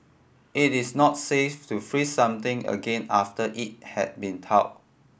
it is not safe to freeze something again after it had been thawed